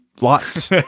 lots